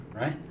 right